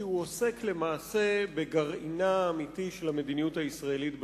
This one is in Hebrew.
כי הוא עוסק למעשה בגרעינה האמיתי של המדיניות הישראלית בשטחים.